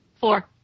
Four